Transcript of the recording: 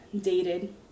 dated